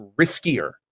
riskier